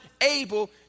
able